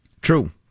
True